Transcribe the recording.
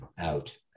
out